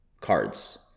cards